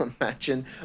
imagine